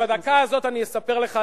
ובדקה הזאת אני אספר לך,